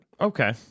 Okay